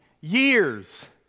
years